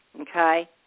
okay